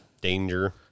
danger